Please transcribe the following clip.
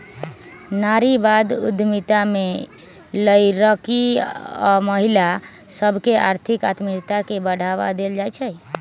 नारीवाद उद्यमिता में लइरकि आऽ महिला सभके आर्थिक आत्मनिर्भरता के बढ़वा देल जाइ छइ